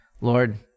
Lord